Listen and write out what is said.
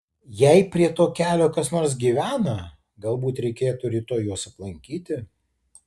jei prie to kelio kas nors gyvena galbūt reikėtų rytoj juos aplankyti